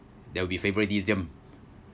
there'll be favouritism